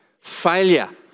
failure